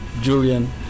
Julian